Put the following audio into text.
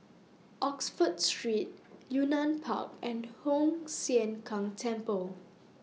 Oxford Street Yunnan Park and Hoon Sian Keng Temple